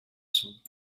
sud